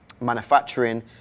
manufacturing